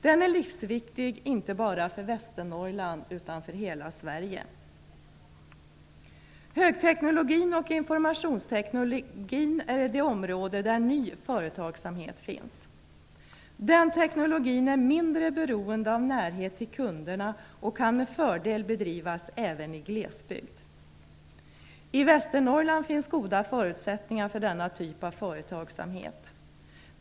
Den är livsviktig inte bara för Västernorrland utan för hela Högteknologin och informationsteknologin är det område där ny företagsamhet finns. Den teknologin är mindre beroende av närhet till kunderna och kan med fördel bedrivas även i glesbygd. I Västernorrland finns goda förutsättningar för denna typ av företagsamhet.